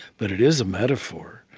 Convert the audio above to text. but it is a metaphor.